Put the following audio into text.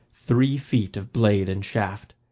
three feet of blade and shaft.